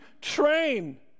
train